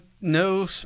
no